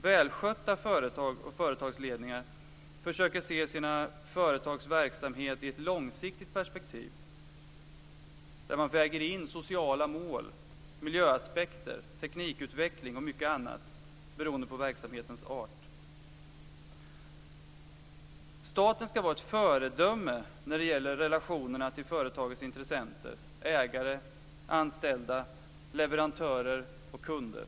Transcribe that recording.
Välskötta företag och seriösa företagsledningar försöker se sina företags verksamhet i ett långsiktigt perspektiv, där man väger in sociala mål, miljöaspekter, teknikutveckling och mycket annat, beroende på verksamhetens art. Staten skall vara ett föredöme när det gäller relationerna till företagets intressenter: ägare, anställda, leverantörer och kunder.